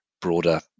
broader